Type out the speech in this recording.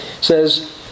says